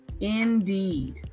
indeed